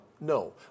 No